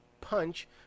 punch